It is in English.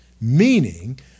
meaning